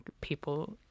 people